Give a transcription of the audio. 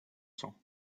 sang